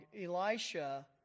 Elisha